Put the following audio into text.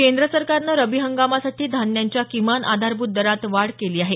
केंद्र सरकारनं रबी हंगामासाठी धान्यांच्या किमान आधारभूत दरात वाढ केली आहे